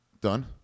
Done